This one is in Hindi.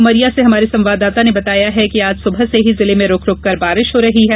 उमरिया से हमारे संवाददाता ने बताया है कि आज सुबह से ही जिले में रूक रूककर बारिश हो रही है